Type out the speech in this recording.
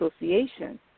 association